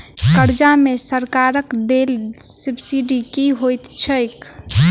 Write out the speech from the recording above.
कर्जा मे सरकारक देल सब्सिडी की होइत छैक?